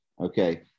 okay